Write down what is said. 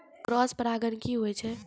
Cross परागण की होय छै?